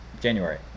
January